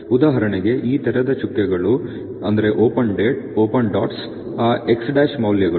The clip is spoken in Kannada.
ಉದಾಹರಣೆಗೆ ಈ ತೆರೆದ ಚುಕ್ಕೆಗಳು ಆ X' ಮೌಲ್ಯಗಳು